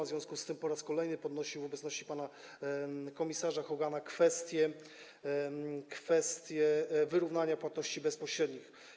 W związku z tym po raz kolejny podnosił w obecności komisarza Hogana kwestię wyrównania płatności bezpośrednich.